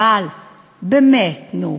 אבל באמת, נו,